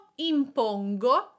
impongo